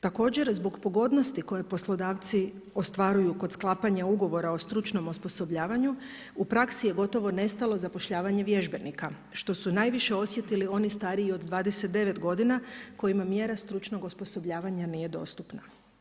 Također zbog pogodnosti koje poslodavci ostvaruju kod sklapanja ugovora o stručnom osposobljavanju, u praksi je gotovo nestalo zapošljavanje vježbenika što su najviše osjetili oni stariji od 29 godina kojima mjera stručnog osposobljavanja nije dostupna.